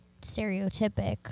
stereotypic